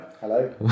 hello